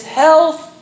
health